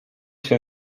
się